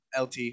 LT